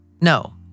No